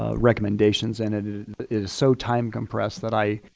ah recommendations, and it is so time compressed that i